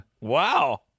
Wow